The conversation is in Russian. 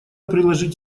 приложить